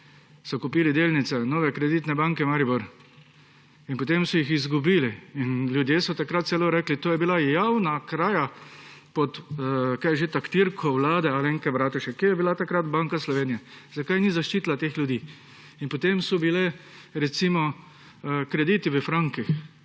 kupili delnice Nove Kreditne banke Maribor in potem so jih izgubili. Ljudje so takrat celo rekli, to je bila javna kraja pod taktirko vlade Alenke Bratušek. Kje je bila takrat Banka Slovenije? Zakaj ni zaščitila teh ljudi? Nadalje. Bili so krediti v frankih.